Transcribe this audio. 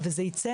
וזה יצא,